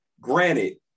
granted